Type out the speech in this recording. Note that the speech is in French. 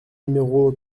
numéro